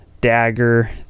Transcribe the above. dagger